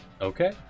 Okay